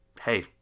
hey